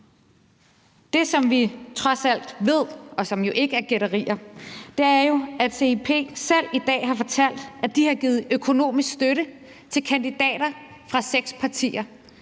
Det, som vi trods alt ved, og som jo ikke er gætterier, er, at CIP selv i dag har fortalt, at de har givet økonomisk støtte til kandidater fra seks partier.